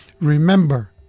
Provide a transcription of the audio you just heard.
Remember